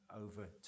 over